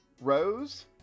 Rose